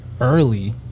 early